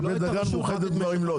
שבית דגן מאוחדת גם עם לוד,